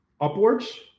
upwards